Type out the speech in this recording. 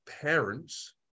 parents